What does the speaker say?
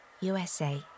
USA